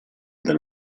del